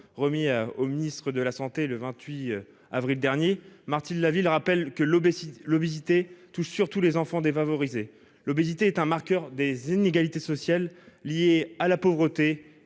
remis au ministre de la santé le 28 avril dernier, Martine Laville rappelle que l'obésité touche surtout les enfants défavorisés. Elle est un marqueur des inégalités sociales liées à la pauvreté